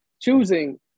choosing